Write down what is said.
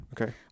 Okay